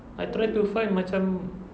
I try to find macam